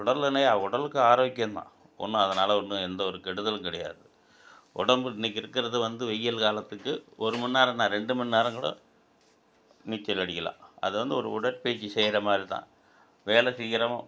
உடல் நெனையா உடலுக்கு ஆரோக்கியம்தான் ஒன்று அதனால் ஒன்றும் எந்த ஒரு கெடுதலும் கிடையாது உடம்பு இன்றைக்கி இருக்கிறது வந்து வெயில் காலத்துக்கு ஒரு மணி நேரந்தான் ரெண்டு மணி நேரம் கூட நீச்சல் அடிக்கலாம் அது வந்து ஒரு உடற்பயிற்சி செய்யற மாதிரி தான் வேலை சீக்கிரமும்